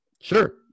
Sure